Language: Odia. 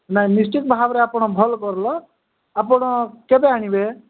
ନାଇଁ ନିଶ୍ଚିତ ଭାବରେ ଆପଣ ଭଲ୍ କରଲ ଆପଣ କେବେ ଆଣିବେ